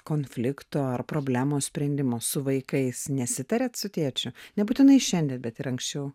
konflikto ar problemos sprendimo su vaikais nesitariat su tėčiu nebūtinai šiandien bet ir anksčiau